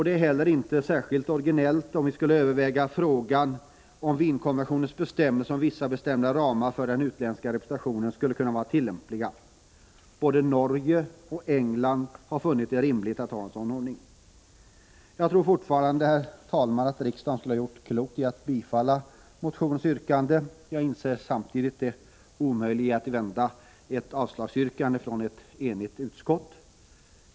Det är inte heller särskilt originellt om vi skulle överväga frågan om Wienkonventionens bestämmelser om vissa bestämda ramar för den utländska representationen skulle kunna vara tillämpliga. Både Norge och England har funnit det rimligt att ha en sådan ordning. Jag tror fortfarande, herr talman, att riksdagen skulle ha gjort klokt i att bifalla motionens yrkande. Jag inser samtidigt det omöjliga i att vända ett avslagsyrkande från ett enigt utskott.